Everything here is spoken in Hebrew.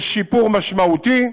יש שיפור משמעותי.